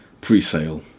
pre-sale